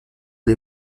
les